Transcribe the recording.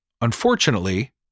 Unfortunately